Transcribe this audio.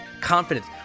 confidence